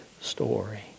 story